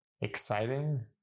exciting